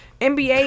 NBA